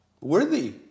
worthy